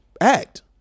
act